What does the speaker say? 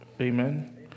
Amen